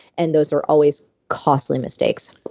and those are always costly mistakes.